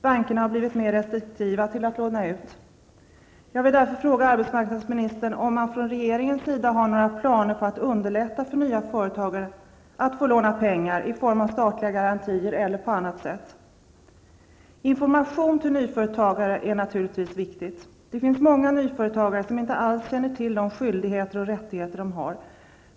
Bankerna har blivit mer restriktiva med att låna ut. Information till nyföretagare är naturligtvis viktig. Det finns många nyföretagare som inte alls känner till de skyldigheter och rättigheter de har.